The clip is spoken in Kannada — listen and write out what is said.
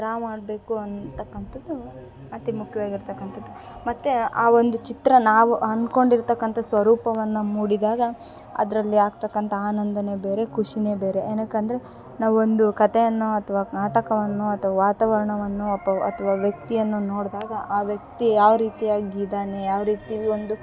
ಡ್ರಾ ಮಾಡಬೇಕು ಅಂತಕಂಥದ್ದು ಅತೀ ಮುಖ್ಯವಾಗಿರ್ತಕಂಥದ್ದು ಮತ್ತು ಆ ಒಂದು ಚಿತ್ರ ನಾವು ಅನ್ಕೊಂಡಿರ್ತಕ್ಕಂಥ ಸ್ವರೂಪವನ್ನು ಮೂಡಿದಾಗ ಅದರಲ್ಲಿ ಆಗ್ತಕಂಥ ಆನಂದ ಬೇರೆ ಖುಷಿ ಬೇರೆ ಏನಕಂದರೆ ನಾವು ಒಂದು ಕತೆಯನ್ನು ಅಥ್ವ ನಾಟಕವನ್ನು ಅಥ್ವ ವಾತಾವರಣವನ್ನು ಅಥ್ವ ಅಥ್ವ ವ್ಯಕ್ತಿಯನ್ನು ನೋಡಿದಾಗ ಆ ವ್ಯಕ್ತಿ ಯಾವರೀತಿಯಾಗಿದಾನೆ ಯಾವರೀತೀ ಒಂದು